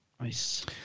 Nice